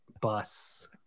bus